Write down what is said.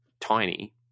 tiny